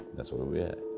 that's where we are at.